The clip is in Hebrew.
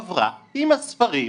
הועברה עם הספרים